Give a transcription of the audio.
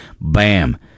Bam